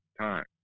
time